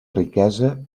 riquesa